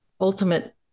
ultimate